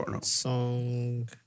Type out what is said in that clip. Song